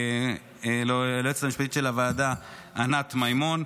ליועצת המשפטית של הוועדה ענת מימון,